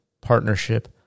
partnership